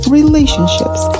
relationships